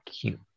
cute